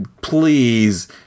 please